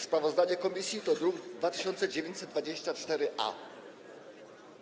Sprawozdanie komisji to druk nr 2924-A.